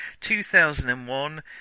2001